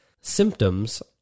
symptoms